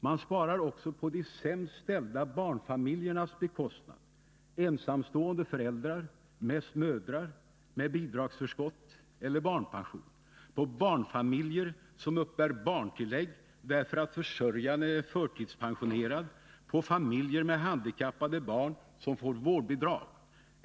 Man sparar också på bekostnad av de sämst ställda barnfamiljerna, ensamstående föräldrar, mest mödrar, med bidragsförskott eller barnpension, barnfamiljer som uppbär barntillägg därför att försörjaren är förtidspensionerad, familjer med handikappade barn som får vårdbidrag.